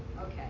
Okay